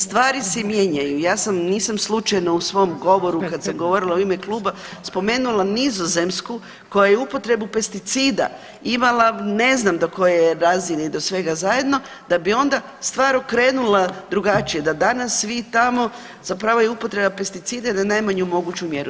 Stvari se mijenjaju i ja sam, nisam slučajno u svom govoru kad sam govorila u ime kluba spomenula Nizozemsku koja je upotrebu pesticida imala ne znam do koje razine i do svega zajedno da bi onda stvar okrenula drugačije, da danas svi tamo zapravo je upotreba pesticida na najmanju moguću mjeru.